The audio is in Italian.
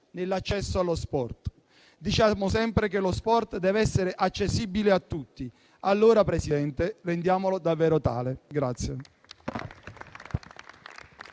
nell'accesso allo sport. Diciamo sempre che lo sport deve essere accessibile a tutti. Allora, Presidente, rendiamolo davvero tale.